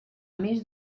més